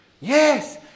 Yes